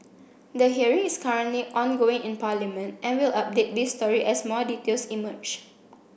the hearing is currently ongoing in parliament and we'll update this story as more details emerge